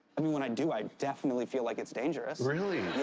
i mean, when i do, i definitely feel like it's dangerous. really?